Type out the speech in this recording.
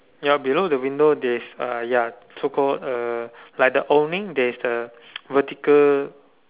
ya below the window there's uh ya so called uh like the owning there's a vertical